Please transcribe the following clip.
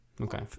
Okay